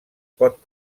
pot